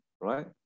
right